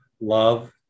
love